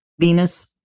Venus